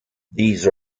these